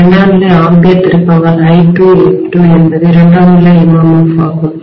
இரண்டாம்நிலை ஆம்பியர் திருப்பங்கள் I2 N2 என்பது இரண்டாம் நிலை MMF ஆகும்